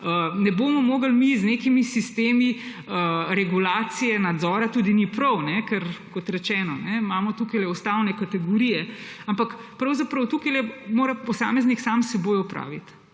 Ne bomo mogli z nekimi sistemi regulacije, nadzora. Tudi ni prav, ker kot rečeno, imamo tukajle ustavne kategorije, ampak pravzaprav tukajle mora posameznik sam s seboj opraviti,